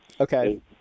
Okay